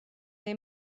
they